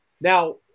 Now